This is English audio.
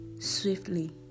swiftly